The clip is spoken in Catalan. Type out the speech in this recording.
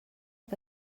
que